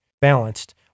balanced